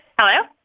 Hello